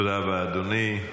תודה רבה, אדוני.